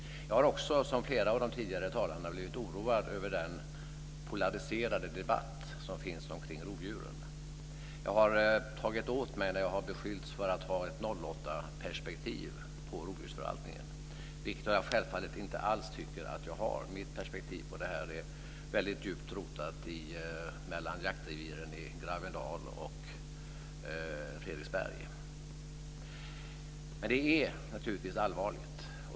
Jag har, som flera av de tidigare talarna, blivit oroad över den polariserade debatt som finns kring rovdjuren. Jag har tagit åt mig när jag har beskyllts för att ha ett 08-perspektiv på rovdjursförvaltningen. Jag tycker självfallet inte alls att jag har det. Mitt perspektiv på det här är djupt rotat mellan jaktreviren i Gravendal och Fredriksberg. Men det är naturligtvis allvarligt.